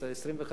איזה 25,